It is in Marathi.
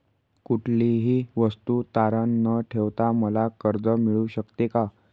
कुठलीही वस्तू तारण न ठेवता मला कर्ज मिळू शकते का?